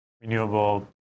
renewable